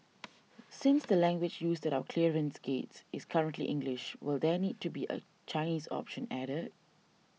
since the language used at our clearance gates is currently English will there need to be a Chinese option added